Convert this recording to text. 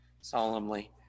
solemnly